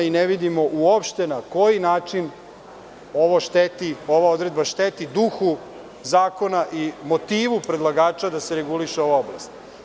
Ne vidimo, uopšte, na koji način ova odredba šteti duhu zakona i motivu predlagača da se reguliše ova oblast.